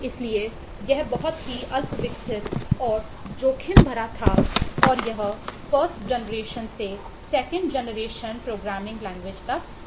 इसलिए यह बहुत ही अल्पविकसित और जोखिम भरा था और यह फर्स्ट जनरेशन तक जारी था